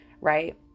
right